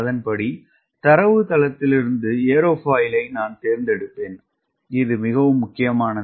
அதன்படி தரவுத்தளத்திலிருந்து ஏரோஃபாயிலை நான் தேர்ந்தெடுப்பேன் இது மிகவும் முக்கியமானது